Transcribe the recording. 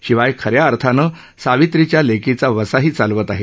शिवाय खऱ्या अर्थानं सावित्रिच्या लेकीचा वसाही चालवत आहे